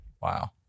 wow